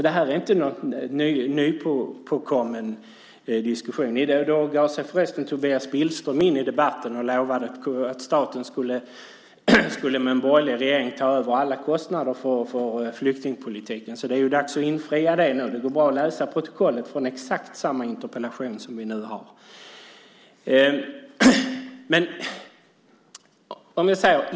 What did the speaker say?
Det är inte någon nypåkommen diskussion. Då gav sig förresten Tobias Billström in i debatten och lovade att med en borgerlig regering skulle staten ta över alla kostnader för flyktingpolitiken. Det är dags att infria det nu. Det går bra att läsa i protokollet om exakt samma interpellation som vi nu diskuterar.